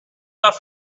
off